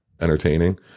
entertaining